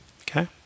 okay